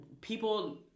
people